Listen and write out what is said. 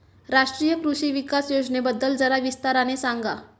राष्ट्रीय कृषि विकास योजनेबद्दल जरा विस्ताराने सांगा